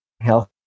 health